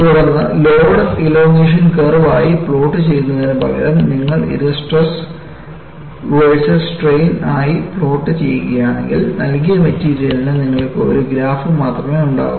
തുടർന്ന് load elongation curve ആയി plot ചെയ്യുന്നതിനുപകരം നിങ്ങൾ ഇത് സ്ട്രെസ് വേഴ്സസ് സ്ട്രെയിൻ ആയി പ്ലോട്ട് ചെയ്യുകയാണെങ്കിൽ നൽകിയ മെറ്റീരിയലിന് നിങ്ങൾക്ക് ഒരു ഗ്രാഫ് മാത്രമേ ഉണ്ടാകൂ